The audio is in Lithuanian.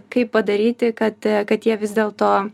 kaip padaryti kad kad jie vis dėlto